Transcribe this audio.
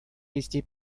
вести